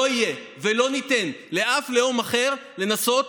לא יהיה ולא ניתן לאף לאום אחר לנסות